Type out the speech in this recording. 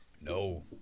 No